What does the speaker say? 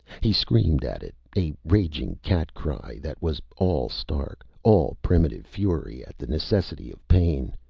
he screamed at it, a raging cat-cry that was all stark, all primitive fury at the necessity of pain.